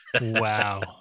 Wow